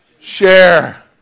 Share